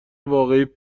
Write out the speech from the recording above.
واقعی